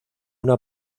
una